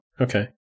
Okay